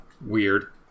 weird